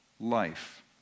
life